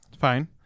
fine